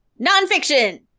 Nonfiction